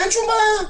אין שום בעיה,